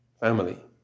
family